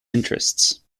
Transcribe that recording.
interests